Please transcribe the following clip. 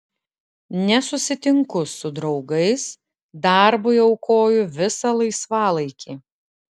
nesusitinku su draugais darbui aukoju visą laisvalaikį